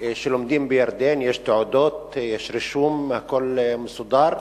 שלומדים בירדן, יש תעודות, יש רישום, הכול מסודר,